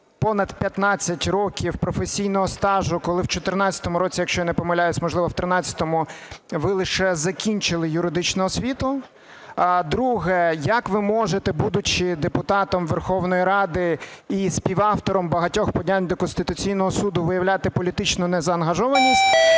понад 15 років професійного стажу, коли в 14-му році, якщо я не помиляюсь, а, можливо, в 13-му, ви лише закінчили юридичну освіту? Друге. Як ви можете, будучи депутатом Верховної Ради і співавтором багатьох подань до Конституційного Суду, виявляти політичну незаангажованість?